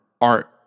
art